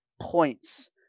points